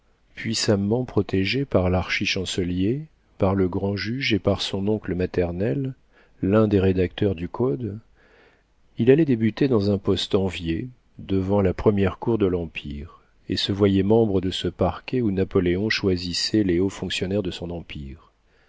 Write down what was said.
puissamment protégé par larchi chancelier par le grand-juge et par son oncle maternel l'un des rédacteurs du code il allait débuter dans un poste envié devant la première cour de l'empire et se voyait membre de ce parquet où napoléon choisissait les hauts fonctionnaires de son empire